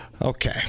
Okay